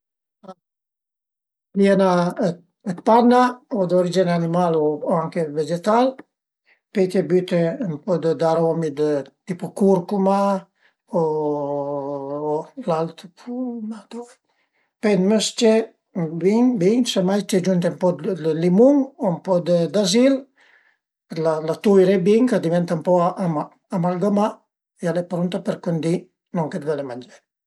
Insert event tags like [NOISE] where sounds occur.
Pìe dë panna o d'origine animal o anche vegetal, pöi t'ie büte ën po d'aromi tipu curcuma o l'aut [HESITATION] pöi mes-ce bin bin se mai t'ie giunte ën po dë limun o ën po d'azil, la tuire bin ch'a diventa ën po amalgamà e al e prunta për cundì lon che völe mangé